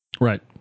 Right